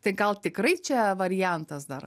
tai gal tikrai čia variantas dar